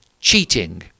cheating